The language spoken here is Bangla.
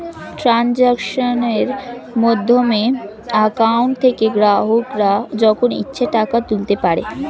ট্রানজাক্শনের মাধ্যমে অ্যাকাউন্ট থেকে গ্রাহকরা যখন ইচ্ছে টাকা তুলতে পারে